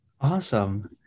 Awesome